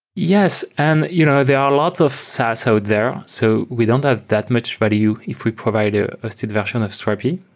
yes. and you know there are lots of saas out so there. so we don't have that much value if we provide a hosted version of strapi.